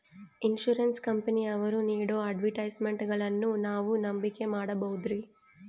Insurance ಕಂಪನಿಯವರು ನೇಡೋ ಅಡ್ವರ್ಟೈಸ್ಮೆಂಟ್ಗಳನ್ನು ನಾವು ನಂಬಿಕೆ ಮಾಡಬಹುದ್ರಿ?